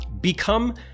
Become